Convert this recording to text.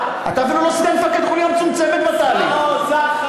שר האוצר.